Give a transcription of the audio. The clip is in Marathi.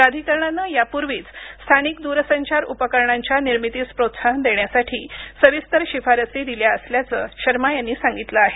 प्राधिकरणाने यापूर्वीचं स्थानिक दूरसंचार उपकरणांच्या निर्मितीस प्रोत्साहन देण्यासाठी सविस्तर शिफारसी दिल्या असल्याचं शर्मा यांनी सांगितलं आहे